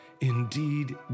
Indeed